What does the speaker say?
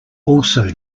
also